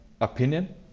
opinion